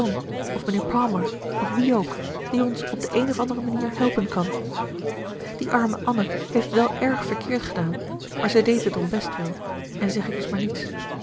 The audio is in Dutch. of mijnheer palmer of wie ook die ons op de eene of andere manier helpen kan die arme anne heeft wel erg verkeerd gedaan maar zij deed het om bestwil en zeg ik dus maar niets